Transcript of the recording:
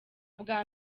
bwa